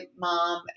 mom